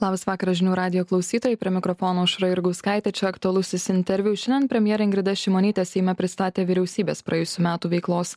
labas vakaras žinių radijo klausytojai prie mikrofono aušra jurgauskaitė čia aktualusis interviu šiandien premjerė ingrida šimonytė seime pristatė vyriausybės praėjusių metų veiklos